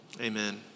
Amen